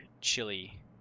chili